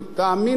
תאמין לי,